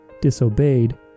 disobeyed